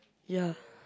ya